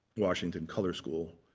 washington color school.